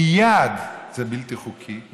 מייד זה בלתי חוקי,